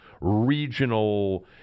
regional